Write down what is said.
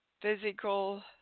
physical